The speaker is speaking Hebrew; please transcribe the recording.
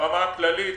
ברמה הכללית,